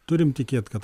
turim tikėt kad